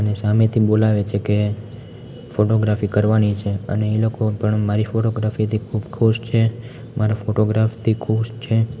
અને સામેથી બોલાવે છે કે ફોટોગ્રાફી કરવાની છે અને એ લોકો પણ મારી ફોટોગ્રાફીથી ખૂબ ખુશ છે મારા ફોટોગ્રાફથી ખુશ છે